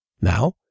Now